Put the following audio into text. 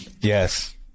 Yes